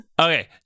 Okay